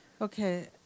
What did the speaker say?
Okay